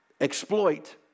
exploit